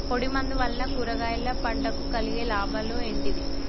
పొడిమందు వలన కూరగాయల పంటకు కలిగే లాభాలు ఏంటిది?